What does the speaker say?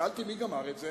שאלתי: מי גמר את זה?